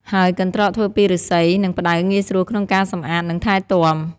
ហើយកន្ត្រកធ្វើពីឫស្សី និងផ្តៅងាយស្រួលក្នុងការសម្អាត និងថែទាំ។